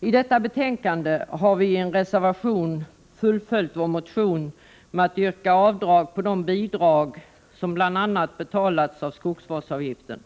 I detta betänkande har vi i en reservation fullföljt vår motion med att yrka avdrag på de bidrag som bl.a. betalats av skogsvårdsavgiften.